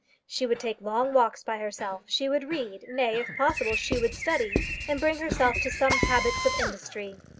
she would take long walks by herself she would read nay, if possible, she would study and bring herself to some habits of industry.